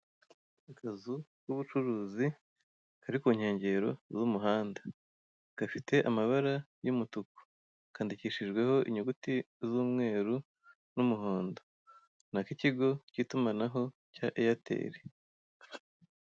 Akazu k'ubucuruzi kari ku nkengero z'umuhada, gafite amabara y'umutuku, kandikishijweho inyuguti z'umweru n'umuhondo; ni ak'ikigo cy'itumanaho cya Eyateri.